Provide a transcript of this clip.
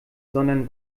sondern